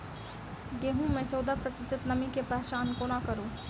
गेंहूँ मे चौदह प्रतिशत नमी केँ पहचान कोना करू?